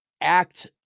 act